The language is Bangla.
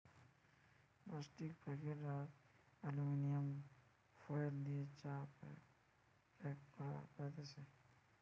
প্লাস্টিক প্যাকেট আর এলুমিনিয়াম ফয়েল দিয়ে চা প্যাক করা যাতেছে